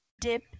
dip